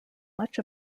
much